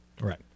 Right